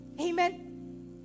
amen